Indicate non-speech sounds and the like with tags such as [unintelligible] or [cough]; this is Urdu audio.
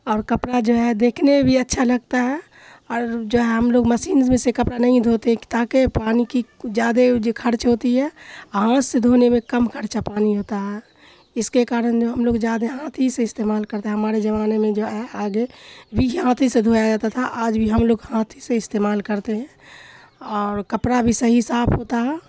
اور کپڑا جو ہے دیکھنے میں بھی اچھا لگتا ہے اور جو ہے ہم لوگ مشینس میں سے کپرا نہیں دھوتے ہیں کہ تاکہ پانی کی جادے جو کھڑچ ہوتی ہے آ ہاتھ سے دھونے میں کم خرچہ پانی ہوتا ہے اس کے کارن نہ ہم لوگ جادے ہاتھ ہی سے استعمال کرتے ہے ہمارے زمانے میں جو ہے آگے بھی [unintelligible] ہاتھ ہی سے دھویا جاتا تھا آج بھی ہم لوگ ہاتھ ہی سے استعمال کرتے ہیں اور کپڑا بھی صحیح صاف ہوتا ہے